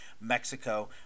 Mexico